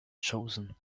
chosen